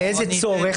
לאיזה צורך?